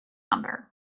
number